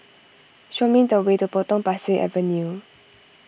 show me the way to Potong Pasir Avenue